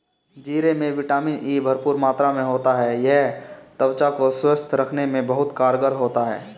जीरे में vitamin E भरपूर मात्रा में होता है यह त्वचा को स्वस्थ रखने में बहुत कारगर होता है